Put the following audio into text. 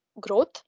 growth